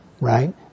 right